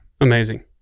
Amazing